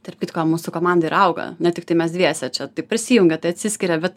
tarp kitko mūsų komanda ir auga ne tiktai mes dviese čia tai prisijungia tai atsiskiria bet